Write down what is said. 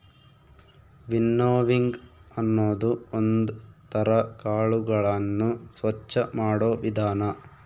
winnowing ಅನ್ನೋದು ಒಂದ್ ತರ ಕಾಳುಗಳನ್ನು ಸ್ವಚ್ಚ ಮಾಡೋ ವಿಧಾನ